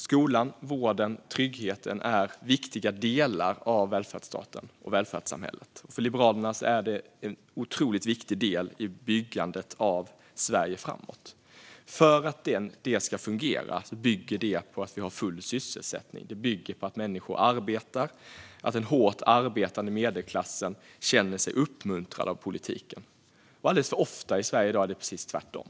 Skolan, vården och tryggheten är viktiga delar av välfärdssamhället. För Liberalerna är detta en otroligt viktig del i byggandet av Sverige framåt. För att detta ska fungera behöver vi ha full sysselsättning. Det bygger på att människor arbetar och att den hårt arbetande medelklassen känner sig uppmuntrad av politiken. Alldeles för ofta i dag är det tvärtom.